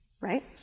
right